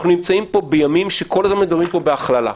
אנחנו נמצאים בימים שבהם מדברים פה כל הזמן בהכללה.